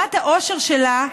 ברמת העושר שלה,